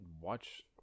watch